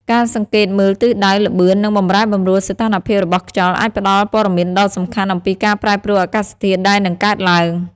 ការសង្កេតមើលទិសដៅ ល្បឿន និងបម្រែបម្រួលសីតុណ្ហភាពរបស់ខ្យល់អាចផ្តល់ព័ត៌មានដ៏សំខាន់អំពីការប្រែប្រួលអាកាសធាតុដែលនឹងកើតឡើង។